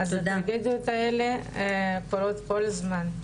אז הטרגדיות האלה קורות כול הזמן,